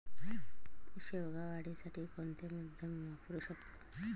शेवगा वाढीसाठी कोणते माध्यम वापरु शकतो?